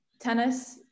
tennis